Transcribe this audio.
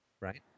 Right